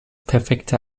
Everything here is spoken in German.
perfekte